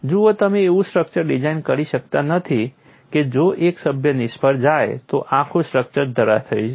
જુઓ તમે એવું સ્ટ્રક્ચર ડિઝાઇન કરી શકતા નથી કે જો એક સભ્ય નિષ્ફળ જાય તો આખું સ્ટ્રક્ચર ધરાશાયી થઈ જાય